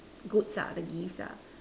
goods ah the gifts ah